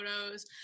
photos